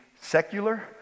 secular